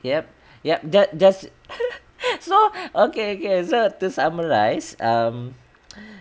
yup yup that just so okay okay so to summarize um